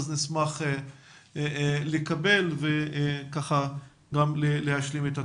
אז נשמח לקבל וגם להשלים את התמונה.